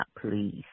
please